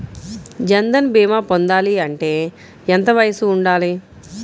జన్ధన్ భీమా పొందాలి అంటే ఎంత వయసు ఉండాలి?